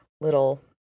little